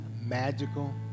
magical